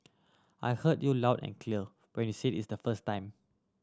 I heard you loud and clear when you said it's the first time